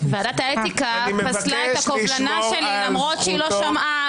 ועדת האתיקה פסלה את הקובלנה שלי למרות שהיא לא שמעה,